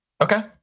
Okay